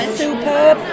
superb